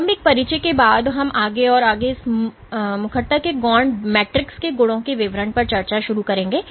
प्रारंभिक परिचय के बाद हम आगे और आगे इस मुखरता के गौण मैट्रिक्स के गुणों के विवरण पर चर्चा शुरू करेंगे